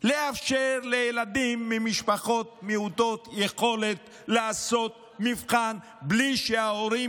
לאפשר לילדים ממשפחות מעוטות יכולת לעשות מבחן בלי שההורים